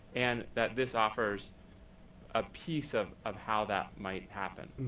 and that this offers a piece of of how that might happen.